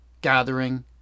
gathering